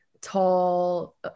tall